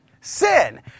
Sin